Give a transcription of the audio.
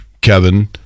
Kevin